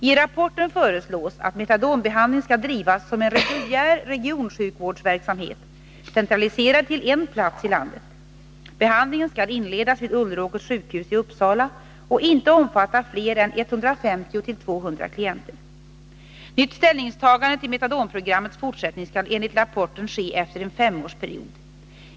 I rapporten föreslås att metadonbehandling skall drivas som en reguljär regionsjukvårdsverksamhet centraliserad till en plats i landet. Behandlingen skall inledas vid Ulleråkers sjukhus i Uppsala och inte omfatta fler än 150-200 klienter. Nytt ställningstagande till metadonprogrammets fortsättning skall enligt rapporten ske efter en femårsperiod.